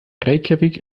reykjavík